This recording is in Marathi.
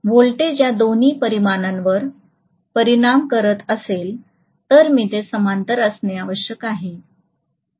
जर व्होल्टेज या दोन्ही परिमाणांवर परिणाम करीत असेल तर मी ते समांतर असणे आवश्यक आहे